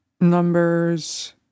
numbers